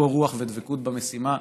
קור רוח ודבקות במשימה.